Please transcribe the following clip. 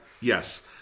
Yes